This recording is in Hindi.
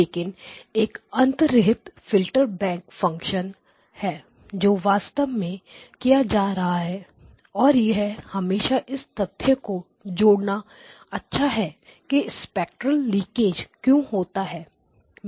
लेकिन एक अंतर्निहित फ़िल्टर बैंक फ़ंक्शन है जो वास्तव में किया जा रहा है और यह हमेशा इस तथ्य को जोड़ना अच्छा है कि स्पेक्ट्रल लीकेज क्यों होता है